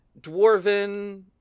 dwarven